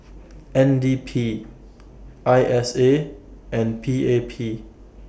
N D P I S A and P A P